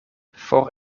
for